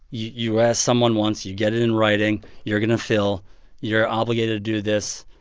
you ask someone once. you get it in writing. you're going to fill you're obligated to do this.